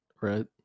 Right